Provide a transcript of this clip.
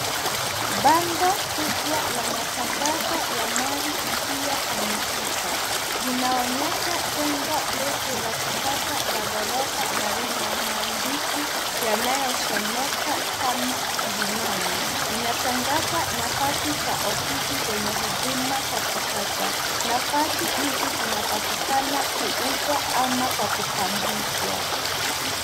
Bango kubwa la matangazo ya mali isiyohamishika linaonyesha jengo ndefu la kisasa la ghorofa na lina maandishi yanayosomeka kama Kilimani. Inatangaza nafasi za ofisi zenye huduma za kisasa. Nafasi hizi zinapatikana kuuzwa ama kwa kupangishwa.